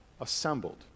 assembled